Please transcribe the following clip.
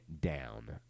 down